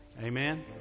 Amen